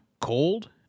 cold